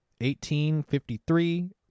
1853